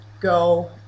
go